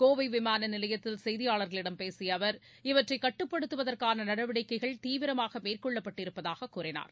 கோவை விமான நிலையத்தில் செய்தியாளர்களிடம் பேசிய அவர் இவற்றை கட்டுப்படுத்துவதற்கான நடவடிக்கைகள் தீவிரமாக மேற்கொள்ளப்பட்டிருப்பதாக கூறினார்